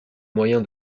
moyen